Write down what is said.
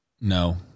No